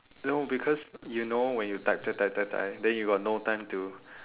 no because you know when you type type type type then you got no time to